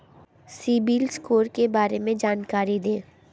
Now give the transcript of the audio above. CIBIL score के बारे में जानकारी दें?